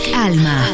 Alma